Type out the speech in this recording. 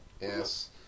Yes